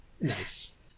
nice